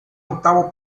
octavo